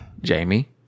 Jamie